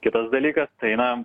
kitas dalykas tai na